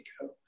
go